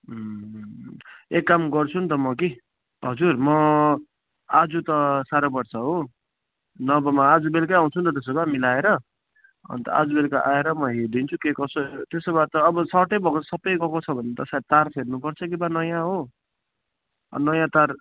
एक काम गर्छु नि त म कि हजुर म आज त साह्रो पर्छ हो नभए म आज बेलुकै आउँछु नि त त्यसो भए मिलाएर अन्त आज बेलुका आएर म हेरिदिन्छु के कसो त्यसो भए त अब सटै भएको छ सबै गएको छ भने त सायद तार फेर्नुपर्छ कि बा नयाँ हो नयाँ तार